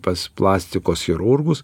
pas plastikos chirurgus